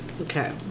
Okay